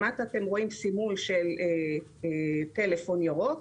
למטה אתם רואים סימול של טלפון ירוק.